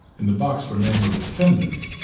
in the box for name of defendant,